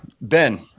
Ben